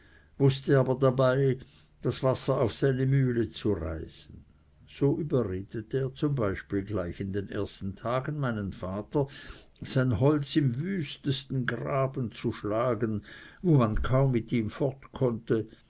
wußte aber nebenbei das wasser auf seine mühle zu reisen so überredete er zum beispiel gleich in den ersten tagen meinen vater sein holz im wüstesten graben zu schlagen wo man kaum mit ihm fort konnte